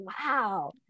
wow